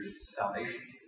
salvation